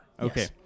Okay